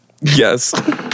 Yes